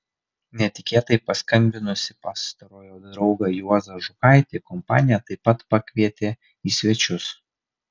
netikėtai paskambinusį pastarojo draugą juozą žukaitį kompanija taip pat pakvietė į svečius